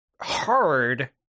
hard